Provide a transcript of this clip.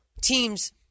teams